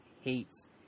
hates